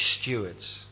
stewards